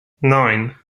nine